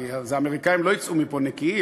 כי האמריקנים לא יצאו מפה נקיים,